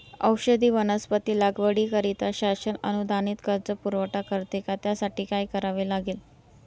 औषधी वनस्पती लागवडीकरिता शासन अनुदानित कर्ज पुरवठा करते का? त्यासाठी काय करावे लागेल?